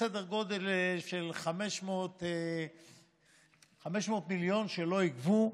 בסדר גודל של 500 מיליון שלא ייגבו.